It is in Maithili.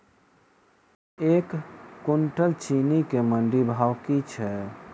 एक कुनटल चीनी केँ मंडी भाउ की छै?